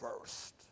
first